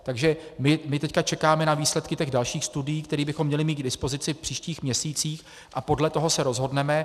Takže my teď čekáme na výsledky dalších studií, které bychom měli mít k dispozici v příštích měsících, a podle toho se rozhodneme.